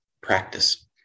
practice